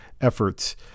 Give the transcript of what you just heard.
efforts